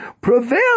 prevail